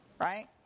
Right